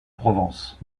provence